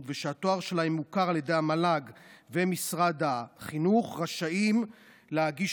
ושהתואר שלהם מוכר על ידי המל"ג ומשרד החינוך רשאים להגיש